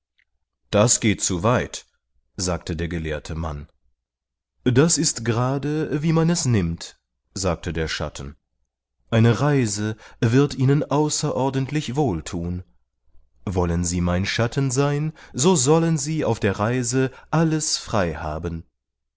das geht zu weit sagte der gelehrte mann das ist gerade wie man es nimmt sagte der schatten eine reise wird ihnen außerordentlich wohl thun wollen sie mein schatten sein so sollen sie auf der reise alles frei haben